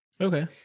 Okay